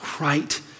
right